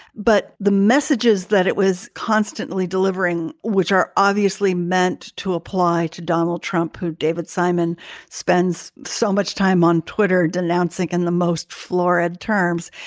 but the messages that it was constantly delivering, which are obviously meant to apply to donald trump, who david simon spends so much time on twitter denouncing in the most florid terms.